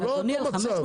זה לא אותו מצב.